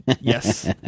yes